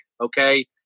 okay